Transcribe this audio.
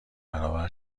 برابر